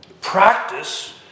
practice